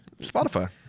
Spotify